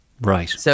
Right